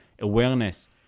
Awareness